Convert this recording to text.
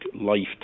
lifetime